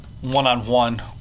one-on-one